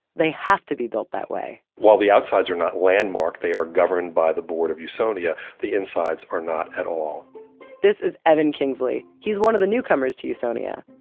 they have to be built that way while the outsides are not landmarked, they are governed by the board of usonia, the insides are not at all this is evan kingsley. he's one of the newcomers to usonia,